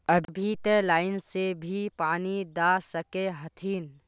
अभी ते लाइन से भी पानी दा सके हथीन?